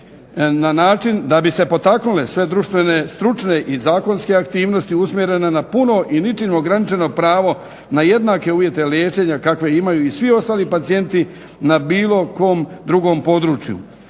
Na način da bi se potaknule sve društvene, stručne i zakonske aktivnosti usmjerene na puno i ničim ograničeno pravo na jednake uvjete liječenja kakve imaju i svi ostali pacijenti na bilo kom drugom području.